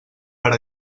per